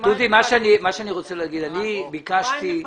מה עם המפעלים?